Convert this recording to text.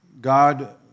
God